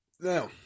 now